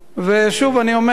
שוב אני אומר,